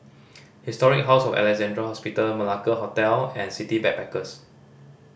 Historic House of Alexandra Hospital Malacca Hotel and City Backpackers